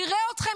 נראה אתכם,